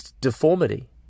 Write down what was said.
deformity